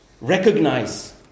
recognize